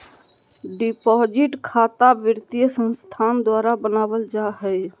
deposit खता वित्तीय संस्थान द्वारा बनावल जा हइ